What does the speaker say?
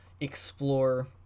explore